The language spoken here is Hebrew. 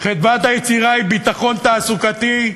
חדוות היצירה היא ביטחון תעסוקתי,